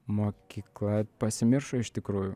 mokykla pasimiršo iš tikrųjų